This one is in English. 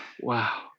wow